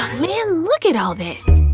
man, look at all this!